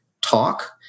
talk